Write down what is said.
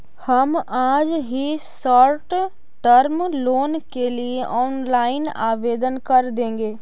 हम आज ही शॉर्ट टर्म लोन के लिए ऑनलाइन आवेदन कर देंगे